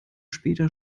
später